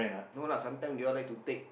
no lah sometime they all like to take